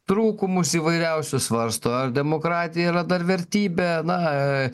trūkumus įvairiausius svarsto ar demokratija yra dar vertybė na